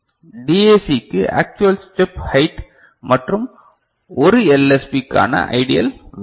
DAC க்கு actual step height மற்றும் 1 LSB கான ஐடியல் வேல்யூ